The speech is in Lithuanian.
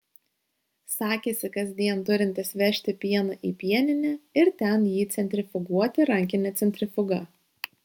sakėsi kasdien turintis vežti pieną į pieninę ir ten jį centrifuguoti rankine centrifuga